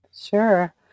Sure